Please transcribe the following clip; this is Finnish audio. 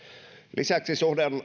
lisäksi